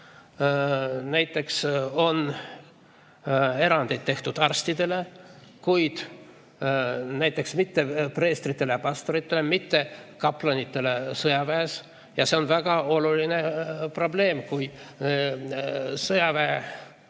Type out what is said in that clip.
Näiteks on erandid tehtud arstidele, kuid mitte preestritele ja pastoritele, mitte kaplanitele sõjaväes. See on väga oluline probleem. Sõjaväelasele